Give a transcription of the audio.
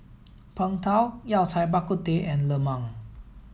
Png Tao Yao Cai Bak Kut Teh and Lemang